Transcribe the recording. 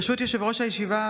ברשות יושב-ראש הישיבה,